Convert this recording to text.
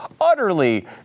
utterly